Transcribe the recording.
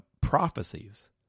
prophecies